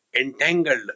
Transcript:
entangled